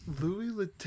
Louis